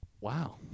Wow